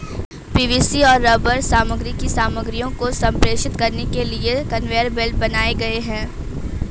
PVC और rubber सामग्री की सामग्रियों को संप्रेषित करने के लिए कन्वेयर बेल्ट बनाए गए हैं